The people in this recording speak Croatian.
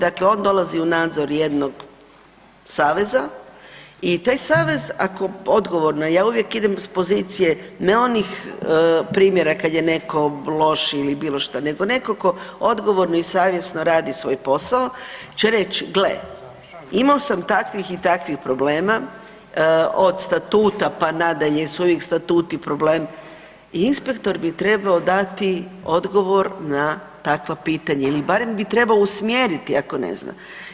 Dakle, on dolazi u nadzor jednog saveza i taj savez ako odgovorno, ja uvijek idem s pozicije ne onih primjera kad je neko lošiji ili bilo šta, nego neko ko odgovorno i savjesno radi svoj posao će reć gle imao sam takvih i takvih problema od statuta, pa nadalje jer su ovi statuti problem i inspektor bi trebao dati odgovor na takva pitanja ili barem bi trebao usmjeriti ako ne zna.